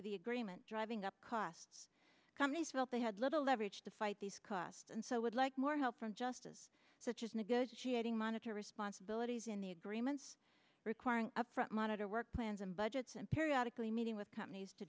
of the agreement driving up costs companies felt they had little leverage to fight these costs and so would like more help from just as such as negotiating monitor responsibilities in the agreements requiring upfront monitor work plans and budgets and periodic lee meeting with companies to